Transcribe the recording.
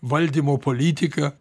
valdymo politiką